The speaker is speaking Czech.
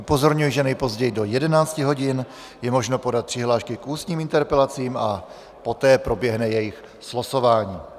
Upozorňuji, že nejpozději do 11 hodin je možno podat přihlášky k ústním interpelacím a poté proběhne jejich slosování.